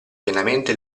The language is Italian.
pienamente